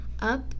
up